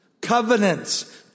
covenants